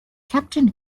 captain